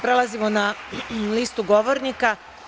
Prelazimo na listu govornika.